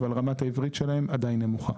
אבל רמת העברית שלהם עדיין נמוכה.